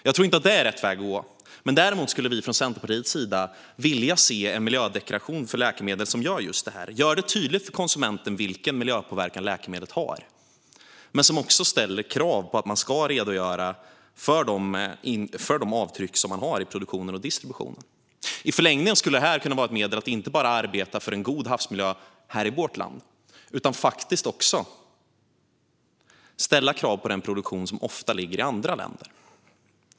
Jag tror inte att detta är rätt väg att gå, men däremot skulle vi i Centerpartiet vilja se en miljödeklaration för läkemedel som gör det tydligt för konsumenten vilken miljöpåverkan läkemedlet har men som också ställer krav på att det ska redogöras för de avtryck som finns i produktionen och distributionen. I förlängningen skulle detta kunna vara ett medel att inte bara arbeta för en god havsmiljö här i vårt land utan också ställa krav på den produktion som ofta ligger i andra länder.